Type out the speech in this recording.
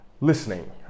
listening